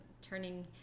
turning